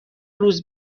روز